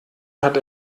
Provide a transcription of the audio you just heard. hat